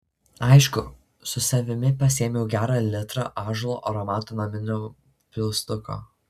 aišku su savimi pasiėmiau gerą litrą ąžuolo aromato naminio pilstuko